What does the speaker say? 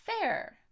fair